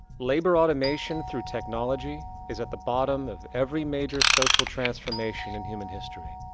labor automation through technology is at the bottom of every major social transformation in human history.